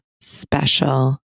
special